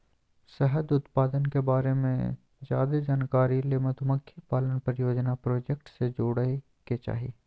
शहद उत्पादन के बारे मे ज्यादे जानकारी ले मधुमक्खी पालन परियोजना प्रोजेक्ट से जुड़य के चाही